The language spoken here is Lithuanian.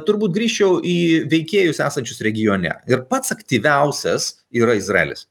turbūt grįžčiau į veikėjus esančius regione ir pats aktyviausias yra izraelis